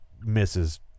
misses